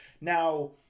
Now